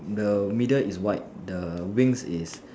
the middle is white the wings is